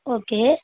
okay